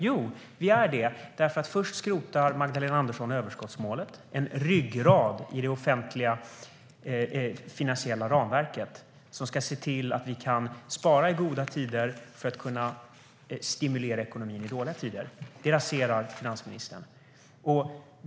Jo, därför att först skrotar Magdalena Andersson överskottsmålet, en ryggrad i det offentliga finansiella ramverket som ska se till att vi kan spara i goda tider för att kunna stimulera ekonomin i dåliga tider. Det raserar finansministern.